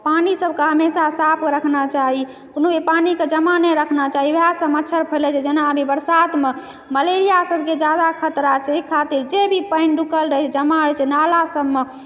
पानि सबके हमेशा साफ रखना चाही कोनो भी पानिके जमा नहि रखना चाही वएहसँ मच्छर फैले छै जेना आब ई बरसातमे मलेरिया सबके जादा खतरा छै एहि खातिर जे भी पानि जमा अछि रुकल अछि जमा अछि नाला सबमे